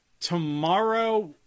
tomorrow